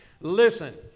Listen